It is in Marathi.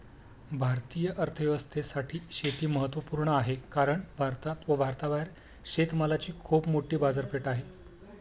भारतीय अर्थव्यवस्थेसाठी शेती महत्वपूर्ण आहे कारण भारतात व भारताबाहेर शेतमालाची खूप मोठी बाजारपेठ आहे